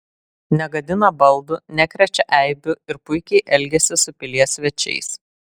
negadina baldų nekrečia eibių ir puikiai elgiasi su pilies svečiais